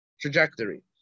trajectory